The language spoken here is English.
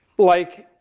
like,